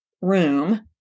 room